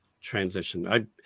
transition